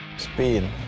Speed